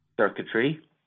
circuitry